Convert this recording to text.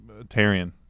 Tarian